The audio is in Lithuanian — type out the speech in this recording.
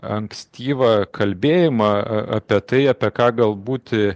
ankstyvą kalbėjimą apie tai apie ką gal būti